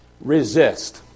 resist